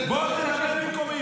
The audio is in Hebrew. אני אעלה --- בוא תדבר במקומי,